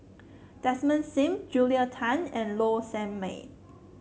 Desmond Sim Julia Tan and Low Sanmay